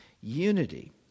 unity